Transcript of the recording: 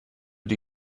die